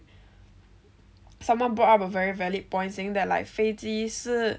someone brought up a very valid points saying that like 飞机是